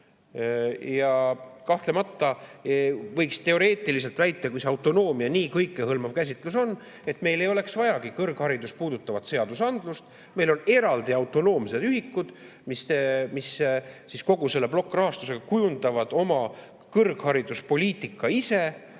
Kahtlemata võiks teoreetiliselt väita, kui see autonoomia nii kõikehõlmav käsitlus on, et meil ei oleks vajagi kõrgharidust puudutavaid seadusi, sest meil on eraldi autonoomsed ühikud, mis siis kogu selle plokkrahastusega kujundavad oma kõrghariduspoliitika ise